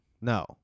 No